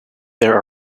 there